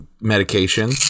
medication